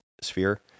sphere